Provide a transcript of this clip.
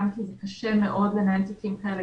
גם כי זה קשה מאוד לנהל תיקים כאלה.